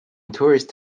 tourist